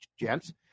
gents